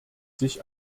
sich